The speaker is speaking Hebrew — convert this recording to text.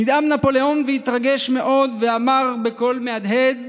נדהם נפוליאון והתרגש מאוד, ואמר בקול מהדהד: